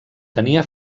tenia